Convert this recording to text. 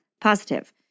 positive